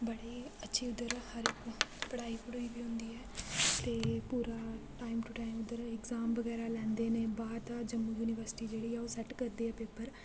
बड़े अच्छी उधर हर एक पढ़ाई पुढ़ाई बी होंदी ऐ ते पुरा टाइम टू टाइम उधर एग्जाम बगैरा लैंदे न बाह्र दा जम्मू यूनिवर्सिटी जेह्ड़ी ऐ ओह् सेट करदी ऐ पेपर